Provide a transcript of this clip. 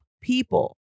people